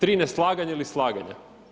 Tri neslaganja ili slaganja.